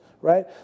right